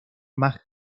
más